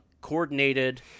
coordinated